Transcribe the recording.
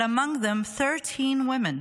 but among them 13 women,